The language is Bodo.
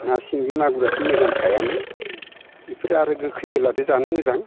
ना सिंगि मागुराथ' मोजांखायानो इफोरो आरो गोखै गोलादो जानो मोजां